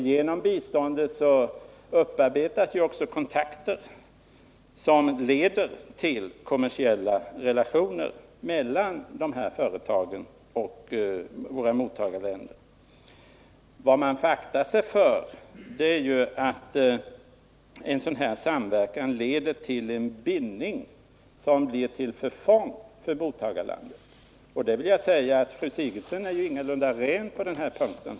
Genom biståndet upparbetas också kontakter som leder till kommersiella relationer mellan dessa företag och våra mottagarländer. Vad man får akta sig för är att en sådan samverkan leder till en bindning som blir till förfång för mottagarlandet. Fru Sigurdsen är ingalunda ren på den här punkten.